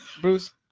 Bruce